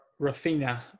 Rafina